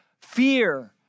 fear